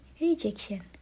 rejection